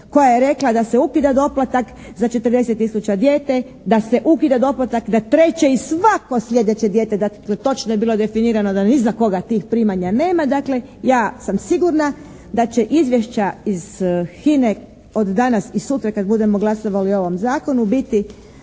koja je rekla da se ukida doplatak za 40 tisuća djece, da se ukida doplatak na treće i svako sljedeće dijete. Točno je bilo definirano da ni za koga tih primanja nema. Dakle ja sam sigurna da će izvješća iz HINA-e od danas i sutra kada budemo glasovali o ovom zakonu biti